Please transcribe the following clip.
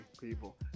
people